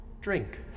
Drink